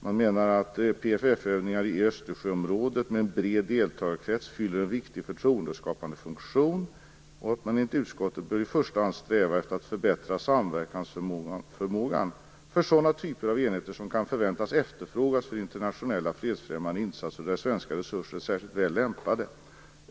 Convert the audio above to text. Man menar att PFF-övningar i Östersjöområdet med en bred deltagarkrets fyller en viktig förtroendeskapande funktion. Enligt utskottet bör man i första hand sträva efter att förbättra samverkansförmågan för sådana typer av enheter som kan förväntas efterfrågas för internationella fredsfrämjande insatser och där svenska resurser är särskilt väl lämpade.